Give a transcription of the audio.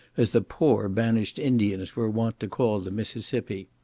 as the poor banished indians were wont to call the mississippi.